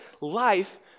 life